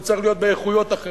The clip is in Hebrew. זה צריך להיות באיכויות אחרות,